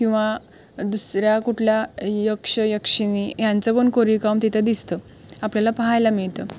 किंवा दुसऱ्या कुठल्या यक्षयक्षिणी यांचंपण कोरीवकाम तिथं दिसतं आपल्याला पहायला मिळतं